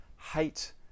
hate